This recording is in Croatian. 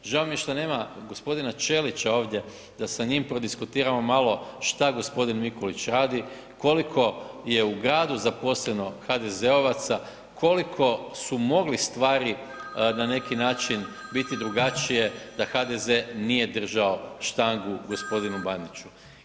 Žao mi je što nema g. Ćelića ovdje da sa njim prodiskutiramo malo što g. Mikulić radi, koliko je u gradu zaposleno HDZ-ovaca, koliko su mogli stvari na neki način biti drugačije, da HDZ nije držao štangu g. Bandiću.